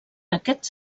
aquests